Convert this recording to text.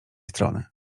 strony